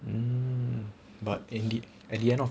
mm but indeed at the end of